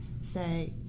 say